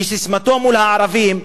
שססמתו מול הערבים,